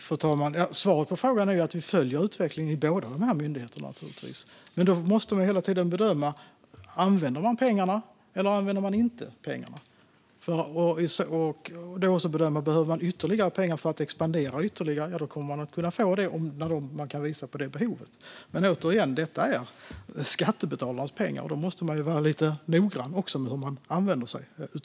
Fru talman! Svaret på frågan är att vi givetvis följer utvecklingen i båda dessa myndigheter. Men vi måste hela tiden bedöma om pengarna används eller inte. Behöver man ytterligare pengar för att expandera kommer man att få det om man kan visa på det behovet. Men återigen, detta är skattebetalarnas pengar, och då måste vi vara lite noggranna med hur de används.